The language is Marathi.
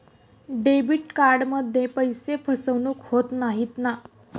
डेबिट कार्डमध्ये पैसे फसवणूक होत नाही ना?